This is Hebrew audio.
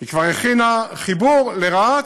כבר הכינה חיבור לרהט,